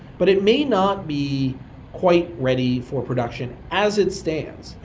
but it may not be quite ready for production as it stands.